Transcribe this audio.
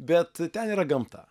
bet ten yra gamta